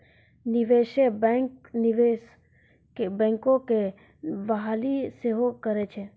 निवेशे बैंक, निवेश बैंकरो के बहाली सेहो करै छै